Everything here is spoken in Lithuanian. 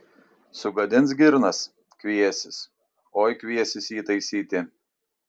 sugadins girnas kviesis oi kviesis jį taisyti